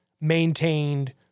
maintained